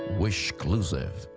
wishclusive,